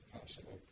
possible